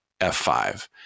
F5